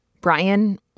Brian